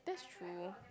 that's true